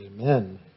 Amen